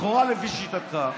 לכאורה, לפי שיטתך,